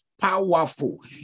powerful